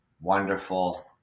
wonderful